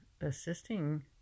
assisting